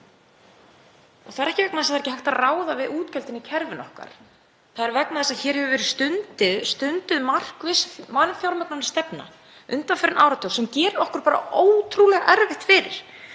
Það er ekki vegna þess að ekki sé hægt að ráða við útgjöldin í kerfinu okkar. Það er vegna þess að hér hefur verið stunduð markviss vanfjármögnunarstefna undanfarinn áratug sem gerir okkur ótrúlega erfitt fyrir.